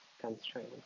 constraint